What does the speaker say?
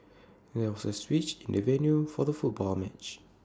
there was A switch in the venue for the football match